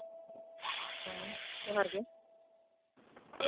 ᱦᱮᱸ ᱡᱚᱦᱟᱨ ᱜᱮ